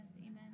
Amen